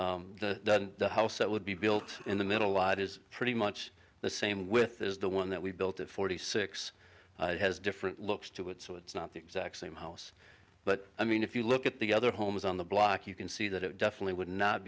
character the house that would be built in the middle lot is pretty much the same with is the one that we built forty six has different looks to it so it's not the exact same house but i mean if you look at the other homes on the block you can see that it definitely would not